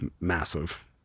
massive